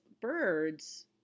birds